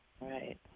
Right